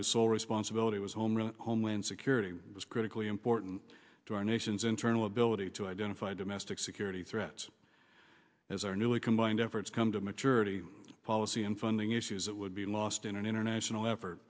whose sole civility was home homeland security was critically important to our nation's internal ability to identify domestic security threats as our newly combined efforts come to maturity policy and funding issues that would be lost in an international effort